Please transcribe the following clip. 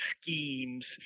schemes